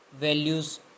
values